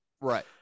Right